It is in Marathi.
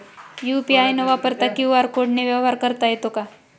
यू.पी.आय न वापरता क्यू.आर कोडने व्यवहार करता येतो का?